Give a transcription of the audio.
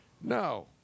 No